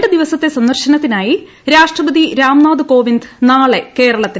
മൂന്ന് ദിവസത്തെ സന്ദർശ്നത്തീനായി രാഷ്ട്രപതി രാംനാഥ് കോവിന്ദ് നാളെ കേരളത്തിൽ